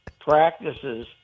practices